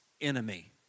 enemy